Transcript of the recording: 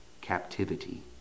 captivity